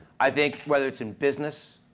i think whether it's in business,